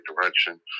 direction